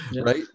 Right